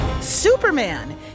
Superman